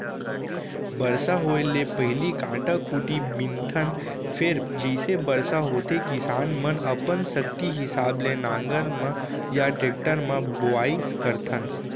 बरसा होए ले पहिली कांटा खूंटी बिनथन फेर जइसे बरसा होथे किसान मनअपन सक्ति हिसाब ले नांगर म या टेक्टर म बोआइ करथन